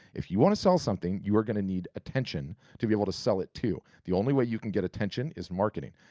if you wanna sell something, you are gonna need attention to be able to sell it too. the only way you can get attention is marketing.